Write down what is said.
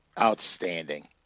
outstanding